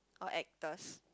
or actors